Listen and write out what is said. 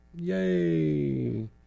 yay